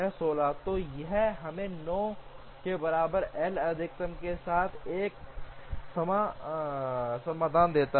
16 तो यह हमें 9 के बराबर एल अधिकतम के साथ एक समाधान देता है